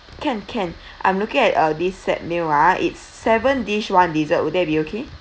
can can I'm looking at uh these set meal ah it's seven dish one dessert would that be okay